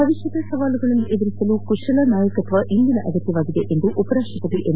ಭವಿಷ್ಣದ ಸವಾಲುಗಳನ್ನು ಎದುರಿಸಲು ಕುಶಲ ನಾಯಕತ್ವ ಇಂದಿನ ಅಗತ್ವವಾಗಿದೆ ಎಂದು ಉಪರಾಷ್ಟಪತಿ ಎಂ